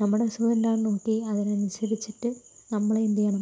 നമ്മുടെ അസുഖം എന്താണെന്ന് നോക്കി അതിനനുസരിച്ചിട്ട് നമ്മളെ എന്തു ചെയ്യണം